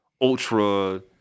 ultra